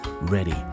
ready